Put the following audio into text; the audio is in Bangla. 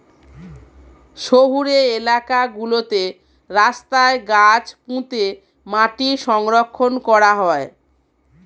শহুরে এলাকা গুলোতে রাস্তায় গাছ পুঁতে মাটি সংরক্ষণ করা হয়